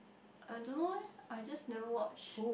I don't know eh I just never watch